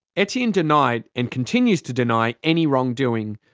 etienne denied and continues to deny any wrongdoing.